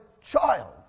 child